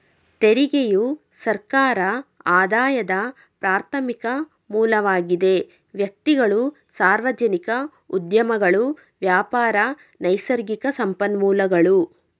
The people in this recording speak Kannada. ತೆರಿಗೆಯು ಸರ್ಕಾರ ಆದಾಯದ ಪ್ರಾರ್ಥಮಿಕ ಮೂಲವಾಗಿದೆ ವ್ಯಕ್ತಿಗಳು, ಸಾರ್ವಜನಿಕ ಉದ್ಯಮಗಳು ವ್ಯಾಪಾರ, ನೈಸರ್ಗಿಕ ಸಂಪನ್ಮೂಲಗಳು